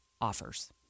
offers